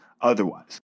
otherwise